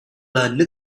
lên